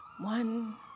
one